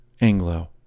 Anglo